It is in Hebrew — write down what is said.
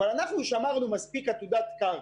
אבל שמרנו מספיק עתודת קרקע,